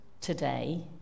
today